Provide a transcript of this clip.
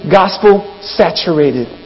gospel-saturated